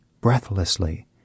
breathlessly